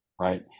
right